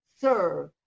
serve